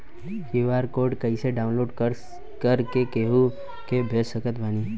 QR code कइसे download कर के केहु के भेज सकत बानी?